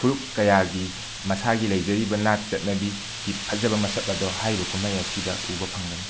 ꯐꯨꯔꯨꯞ ꯀꯌꯥꯒꯤ ꯃꯁꯥꯒꯤ ꯂꯩꯖꯔꯤꯕ ꯅꯥꯠ ꯆꯠꯅꯕꯤꯒꯤ ꯐꯖꯕ ꯃꯁꯛ ꯑꯗꯣ ꯍꯥꯏꯔꯤꯕ ꯃꯨꯃꯩ ꯑꯁꯤꯗ ꯎꯕ ꯐꯪꯒꯅꯤ